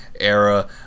era